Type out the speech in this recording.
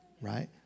right